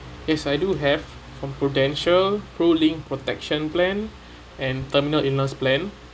yes I do have from prudential pro link protection plan and terminal illness plan